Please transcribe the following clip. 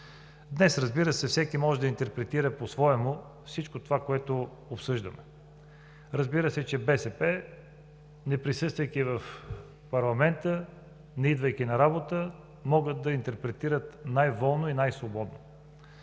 Днес, разбира се, всеки може да интерпретира посвоему всичко това, което обсъждаме. Разбира се, че БСП, неприсъствайки в парламента, неидвайки на работа могат да интерпретират най-волно и най-свободно.